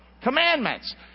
Commandments